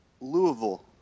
Louisville